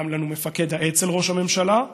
היה לנו מפקד האצ"ל ראש הממשלה,